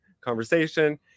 conversation